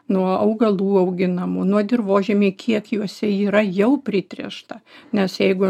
nuo augalų auginamų nuo dirvožemį kiek juose yra jau pritręšta nes jeigu